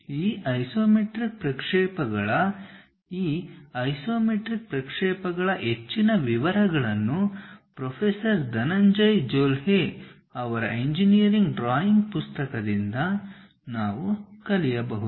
ಈ ಐಸೊಮೆಟ್ರಿಕ್ ಪ್ರಕ್ಷೇಪಗಳ ಈ ಐಸೊಮೆಟ್ರಿಕ್ ಪ್ರಕ್ಷೇಪಗಳ ಹೆಚ್ಚಿನ ವಿವರಗಳನ್ನು ಪ್ರೊಫೆಸರ್ ಧನಂಜಯ್ ಜೊಲ್ಹೆ ಅವರ ಇಂಜಿನಿಯರಿಂಗ್ ಡ್ರಾಯಿಂಗ್ ಪುಸ್ತಕದಿಂದ ನಾವು ಕಲಿಯಬಹುದು